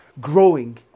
growing